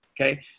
Okay